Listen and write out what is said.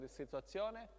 situazione